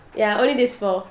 ya these four